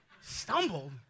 Stumbled